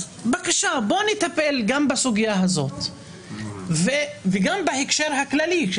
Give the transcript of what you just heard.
בואו נטפל גם בסוגייה הזאת וגם בהקשר הכללי.